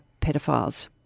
pedophiles